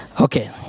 Okay